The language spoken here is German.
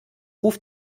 ruf